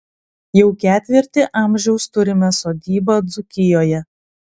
jau ketvirtį amžiaus turime sodybą dzūkijoje